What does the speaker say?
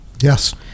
Yes